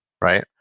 Right